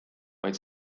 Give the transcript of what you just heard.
vaid